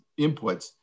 inputs